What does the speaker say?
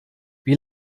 wie